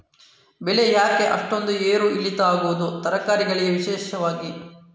ಬೆಳೆ ಯಾಕೆ ಅಷ್ಟೊಂದು ಏರು ಇಳಿತ ಆಗುವುದು, ತರಕಾರಿ ಗಳಿಗೆ ವಿಶೇಷವಾಗಿ?